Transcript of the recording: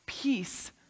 Peace